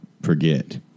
forget